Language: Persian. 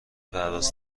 پرواز